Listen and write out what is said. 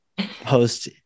host